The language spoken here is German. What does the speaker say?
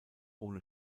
ohne